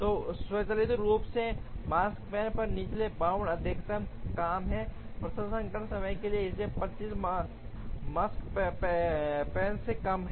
तो स्वचालित रूप से Makespan पर निचला बाउंड अधिकतम काम है प्रसंस्करण समय इसलिए 25 मकस्पन से कम है